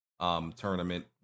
tournament